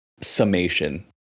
summation